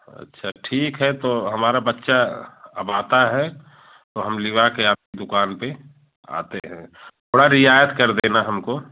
अच्छा ठीक है तो हमारा बच्चा अब आता है तो हम लिवा के आपके दुकान पर आते हैं थोड़ा रियायत कर देना हमको